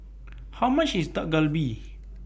How much IS Dak Galbi